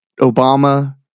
Obama